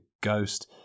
Ghost